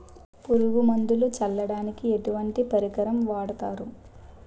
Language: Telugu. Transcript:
పురుగు మందులు చల్లడానికి ఎటువంటి పరికరం వాడతారు?